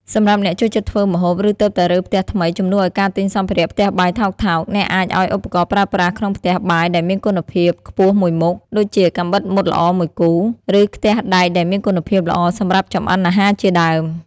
សម្រាប់អ្នកចូលចិត្តធ្វើម្ហូប ឬទើបតែរើផ្ទះថ្មី ជំនួសឱ្យការទិញសម្ភារៈផ្ទះបាយថោកៗ អ្នកអាចឱ្យឧបករណ៍ប្រើប្រាស់ក្នុងផ្ទះបាយដែលមានគុណភាពខ្ពស់មួយមុខ ដូចជាកាំបិតមុតល្អមួយគូ ឬខ្ទះដែកដែលមានគុណភាពល្អសម្រាប់ចម្អិនអាហារជាដើម។